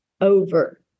over